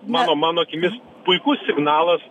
mano mano akimis puikus signalas